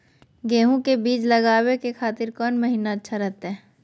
गेहूं के बीज लगावे के खातिर कौन महीना अच्छा रहतय?